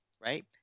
right